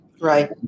Right